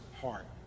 heart